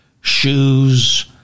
shoes